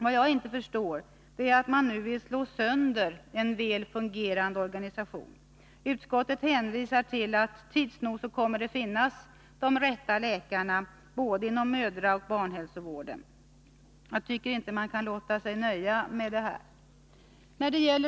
Vad jag inte förstår är att man nu vill slå sönder en väl fungerande organisation. Utskottet hänvisar till att det tids nog kommer att finnas de rätta läkarna inom både mödraoch barnhälsovården. Jag tycker inte att man kan låta sig nöja med detta.